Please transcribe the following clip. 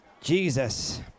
Jesus